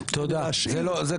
כדי להשלים.